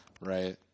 Right